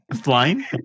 Flying